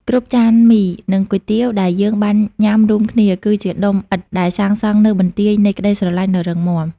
គ្រប់ចានមី និងគុយទាវដែលយើងបានញ៉ាំរួមគ្នា គឺជាដុំឥដ្ឋដែលសាងសង់នូវបន្ទាយនៃក្តីស្រឡាញ់ដ៏រឹងមាំ។